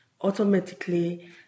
Automatically